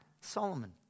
Solomon